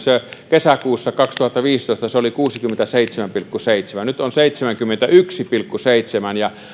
kesäkuussa kaksituhattaviisitoista se oli kuusikymmentäseitsemän pilkku seitsemän nyt on seitsemänkymmentäyksi pilkku seitsemän ja